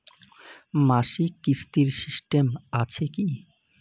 মাসিক কিস্তির সিস্টেম আছে কি?